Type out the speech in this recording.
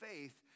faith